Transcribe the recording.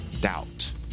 doubt